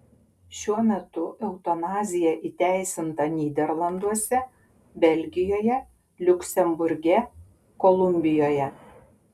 šiuo metu eutanazija įteisinta nyderlanduose belgijoje liuksemburge kolumbijoje